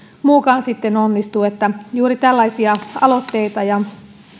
muukaan onnistu juuri tällaisia aloitteita ja